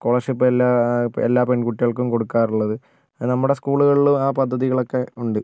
scholarship എല്ലാ എല്ലാ പെൺകുട്ടികൾക്കും കൊടുക്കാറുള്ളത് അത് നമ്മുടെ സ്കൂളുകളിലും ആ പദ്ധതികളൊക്കെ ഉണ്ട്